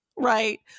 right